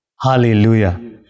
Hallelujah